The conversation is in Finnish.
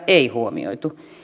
ei ole huomioitu